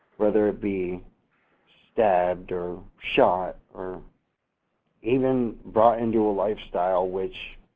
whether it be stabbed or shot or even brought into a lifestyle which,